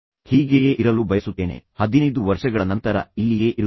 ಹೀಗೆಯೇ ಇರಲು ಇಂದಿನಿಂದ 15 ವರ್ಷಗಳ ನಂತರ ನಾನು ಇಲ್ಲಿಯೇ ಇರುತ್ತೇನೆ